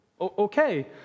Okay